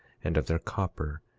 and of their copper,